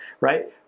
right